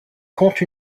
compte